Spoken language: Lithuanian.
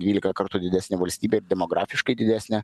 dvylika kartų didesnė valstybė ir demokratiškai didesnė